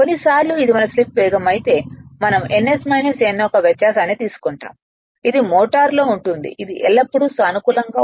కొన్నిసార్లు ఇది మన స్లిప్ వేగం అయితే మనం ns n యొక్క వ్యత్యాసాన్ని తీసుకుంటాము ఇది మోటారు లో ఉంటుంది ఇది ఎల్లప్పుడూ సానుకూలంగా ఉంటుంది